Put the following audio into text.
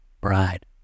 bride